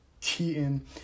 Keaton